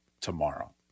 tomorrow